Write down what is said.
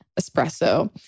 espresso